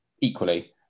equally